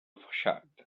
child